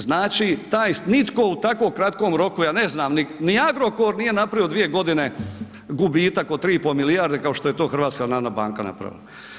Znači taj nitko u tako kratkom roku, ja ne znam ni Agrokor nije napravio u 2 godine gubitak od 3,5 milijarde kao što je to HNB napravila.